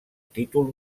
títol